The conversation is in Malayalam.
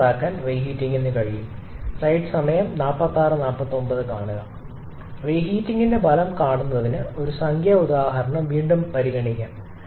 മികച്ചതാക്കാൻ റീഹീറ്റിങ് കഴിയും റീഹീറ്റിങ്ന്റെ ഫലം കാണിക്കുന്നതിന് ഒരു സംഖ്യാ ഉദാഹരണം വീണ്ടും പരിഗണിക്കാം